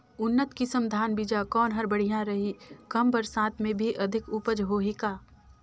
उन्नत किसम धान बीजा कौन हर बढ़िया रही? कम बरसात मे भी अधिक उपज होही का?